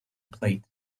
plate